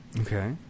Okay